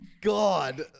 God